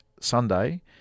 Sunday